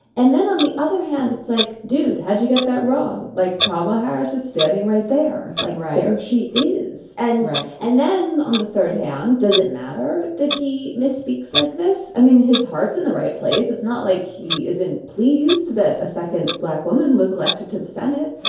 and then on the other hand, it's like, dude, how did you get that wrong? like kamala harris is standing right there. like reiser, she is. and. right. and then on the third hand, does it matter that he misspeaks like this? i mean, his heart's in the right place. it's not like he isn't pleased that a second black woman was elected to the senate.